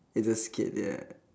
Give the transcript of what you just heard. it's at skate yeah